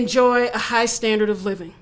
enjoy a high standard of living